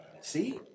See